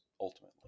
ultimately